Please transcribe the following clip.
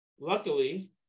Luckily